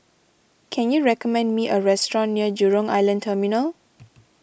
can you recommend me a restaurant near Jurong Island Terminal